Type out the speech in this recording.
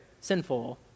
sinful